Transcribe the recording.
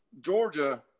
Georgia